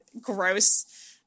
gross